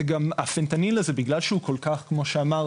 גם הפנטניל הזה, בגלל שהוא כל כך, כמו שאמרת,